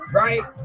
right